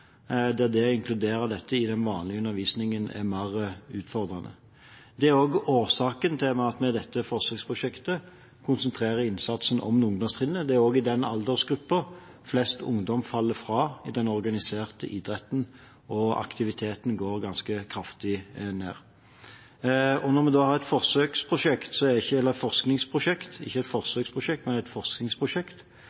det å inkludere dette i den vanlige undervisningen er mer utfordrende. Det er også årsaken til at vi i dette forsøksprosjektet konsentrerer innsatsen om ungdomstrinnet. Det er også i den aldersgruppen flest ungdommer faller fra i den organiserte idretten, og aktiviteten går ganske kraftig ned. Når vi da har et forskningsprosjekt, handler ikke det om at vi lurer på om fysisk aktivitet er bra eller ikke, men det som det er